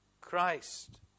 Christ